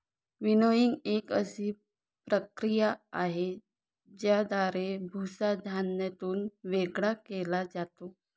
winnowing एक अशी प्रक्रिया आहे, ज्याद्वारे भुसा धान्यातून वेगळा केला जातो